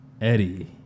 Eddie